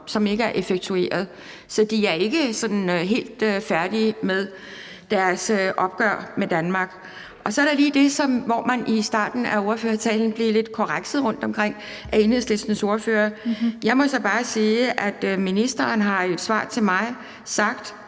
som ikke er effektueret, så de er ikke sådan helt færdige med deres opgør med Danmark. Så er der lige det med, at jeg i starten af ordførertalen blev lidt korrekset af Enhedslistens ordfører. Jeg må så bare sige, at ministeren jo i et svar til mig har